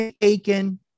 aiken